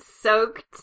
soaked